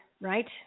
right